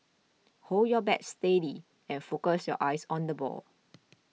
hold your bat steady and focus your eyes on the ball